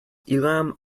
elam